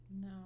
No